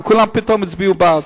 כי כולם פתאום הצביעו בעד.